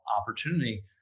opportunity